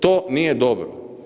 To nije dobro.